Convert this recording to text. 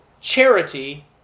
charity